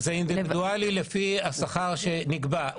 זה דבר אינדיבידואלי לפי השכר שנקבע.